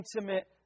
intimate